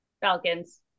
Falcons